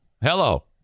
Hello